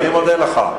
אני מודה לך.